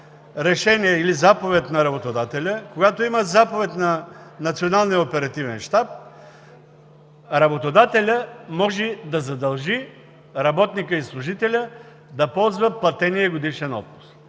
решение или заповед на работодателя, когато има заповед на Националния оперативен щаб, работодателят може да задължи работника и служителя да ползват платения годишен отпуск.